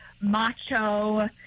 macho